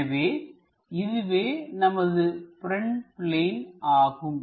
எனவே இதுவே நமது ப்ரெண்ட் பிளேன் ஆகும்